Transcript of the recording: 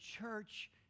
church